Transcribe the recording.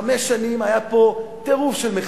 חמש שנים היה פה טירוף של מחירים,